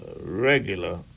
regular